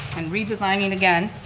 and redesigning again,